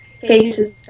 faces